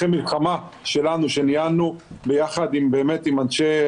אחרי מלחמה שלנו שניהלנו ביחד עם אנשי